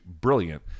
brilliant